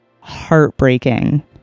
Heartbreaking